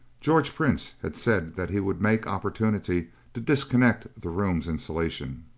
george prince had said that he would make opportunity to disconnect the room's insulation.